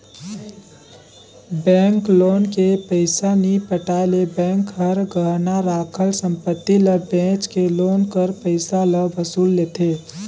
bank loan के पइसा नी पटाए ले बेंक हर गहना राखल संपत्ति ल बेंच के लोन कर पइसा ल वसूल लेथे